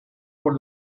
por